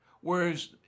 Whereas